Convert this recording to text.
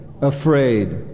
Afraid